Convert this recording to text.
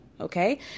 Okay